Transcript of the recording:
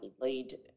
lead